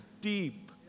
deep